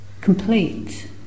complete